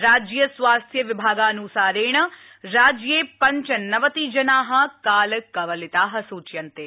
राज्य स्वास्थ्य विभागानुसारेण राज्ये पञ्चनबति जना कालकवलिता सूच्यन्ते